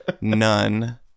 none